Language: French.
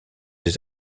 des